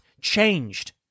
changed